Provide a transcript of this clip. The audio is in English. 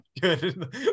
good